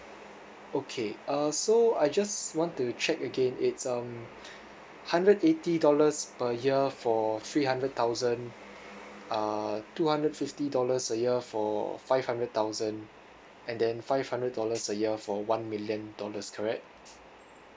okay uh so I just want to check again it's um hundred eighty dollars per year for three hundred thousand uh two hundred fifty dollars a year for five hundred thousand and then five hundred dollars a year for one million dollars correct